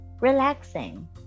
Relaxing